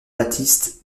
baptiste